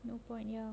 no point ya